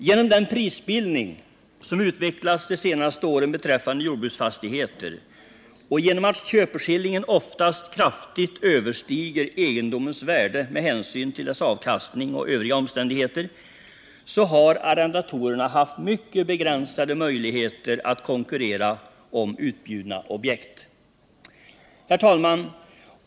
Genom den prisbildning som utvecklats de senaste åren beträffande jordbruksfastigheter och genom att köpeskillingen oftast kraftigt överstiger egendomens värde med hänsyn till dess avkastning och övriga omständigheter har arrendatorerna haft mycket begränsade möjligheter att konkurrera om utbjudna objekt. Herr talman!